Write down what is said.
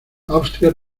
austria